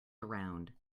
around